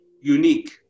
unique